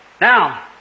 Now